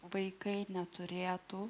vaikai neturėtų